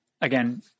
again